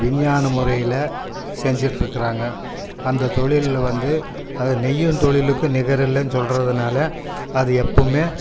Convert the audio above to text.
விஞ்ஞான முறையில் செஞ்சிட்டிருக்கறாங்க அந்த தொழிலில் வந்து அதை நெய்யும் தொழிலுக்கு நிகரில்லைன்னு சொல்கிறதுனால அது எப்போதுமே